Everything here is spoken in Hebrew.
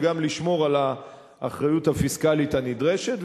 וגם לשמור על האחריות הפיסקלית הנדרשת.